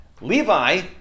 Levi